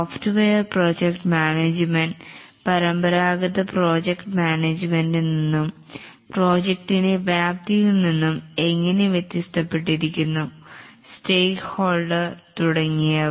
software project management പരമ്പരാഗത project management നിന്നും പ്രോജക്റ്റിനെ വ്യാപ്തിയിൽ നിന്നും എങ്ങനെ വ്യത്യസ്ത പെട്ടിരിക്കുന്നു സ്റ്റേക്ക് ഹോൾഡർ തുടങ്ങിയവ